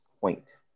Point